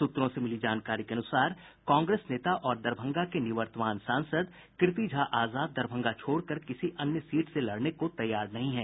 सूत्रों से मिली जानकारी के अनूसार कांगेस नेता और दरभंगा के निवर्तमान सांसद कीर्ति झा आजाद दरभंगा छोड़कर किसी अन्य सीट से लड़ने को तैयार नहीं हैं